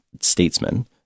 statesman